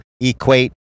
equate